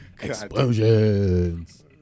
Explosions